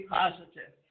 positive